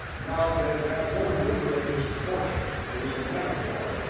now that that word literally is torture. it is a metaphor,